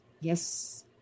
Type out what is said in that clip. yes